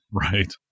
Right